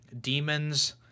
demons